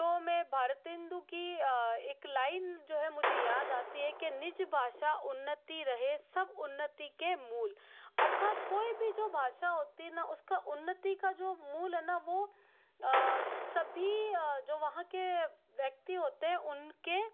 तो हमें भारतेंदु की एक लाइन जो है मुझे याद आती है के निज भाषा उन्नति रहे सब उन्नति के मूल अर्थात् कोई भी जो भाषा होती है ना उसका उसका उन्नति का जो मूल है ना वो आ सभी जो वहाँ के व्यक्ति होते है उनके